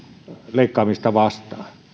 leikkaamista vastaan